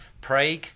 Prague